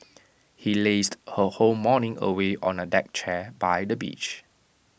he lazed her whole morning away on A deck chair by the beach